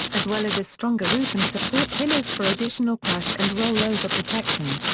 as well as a stronger roof and support pillars for additional crash and rollover protection.